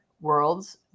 world's